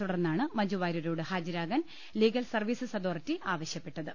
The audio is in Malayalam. തുടർന്നാണ് മഞ്ജുവാര്യരോട് ഹാജരാകാൻ ലീഗൽ സർവ്വീസസ് അതോറിട്ടി ആവശ്യപ്പെട്ടത്